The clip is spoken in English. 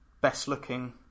best-looking